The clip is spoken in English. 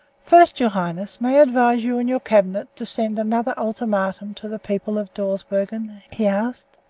first, your highness, may i advise you and your cabinet to send another ultimatum to the people of dawsbergen? he asked.